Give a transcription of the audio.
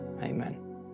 Amen